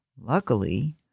Luckily